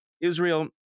Israel